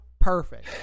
perfect